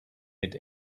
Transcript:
mit